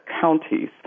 counties